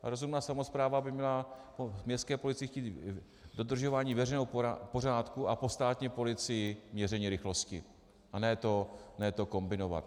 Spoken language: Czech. Rozumná samospráva by měla po městské policii chtít dodržování veřejného pořádku a po státní policii měření rychlosti, a ne to kombinovat.